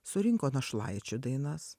surinko našlaičių dainas